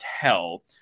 tell